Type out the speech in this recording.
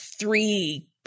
Three